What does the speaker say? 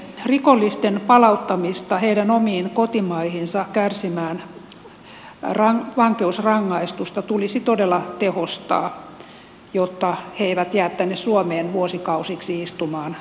rikollisten palauttamista heidän omiin kotimaihinsa kärsimään vankeusrangaistusta tulisi todella tehostaa jotta he eivät jää tänne suomeen vuosikausiksi istumaan vankeusrangaistuksia